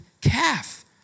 calf